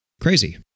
crazy